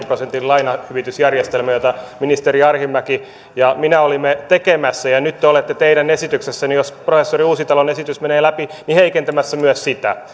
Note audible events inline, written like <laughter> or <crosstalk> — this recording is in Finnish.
prosentin lainahyvitysjärjestelmän jota ministeri arhinmäki ja minä olimme tekemässä nyt te olette teidän esityksessänne jos professori uusitalon esitys menee läpi heikentämässä myös sitä <unintelligible>